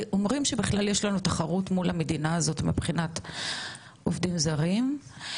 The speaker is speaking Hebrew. ואומרים שבכלל יש לנו תחרות מול המדינה הזאת מבחינת עובדים זרים,